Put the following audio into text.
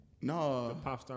No